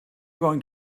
going